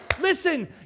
listen